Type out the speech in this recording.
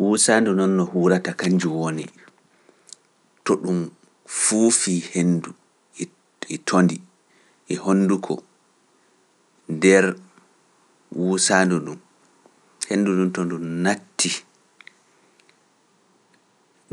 Wuusaadu non no huurata kannjum woni, to ɗum fuufii henndu e - e tondi e honnduko nder wuusaadu ndun, henndu ndun to ndu nattii